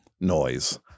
noise